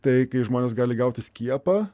tai kai žmonės gali gauti skiepą